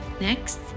next